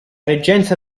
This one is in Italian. reggenza